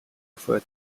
refer